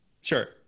Sure